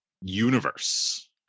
universe